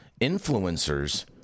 influencers